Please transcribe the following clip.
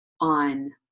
on